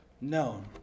known